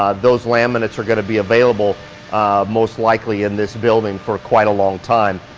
um those laminates are gonna be available most likely in this building for quite a long time.